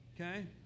Okay